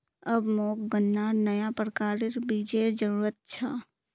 अब मोक गन्नार नया प्रकारेर बीजेर जरूरत छ